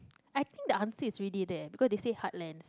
I think the answer is already there because they say hard lens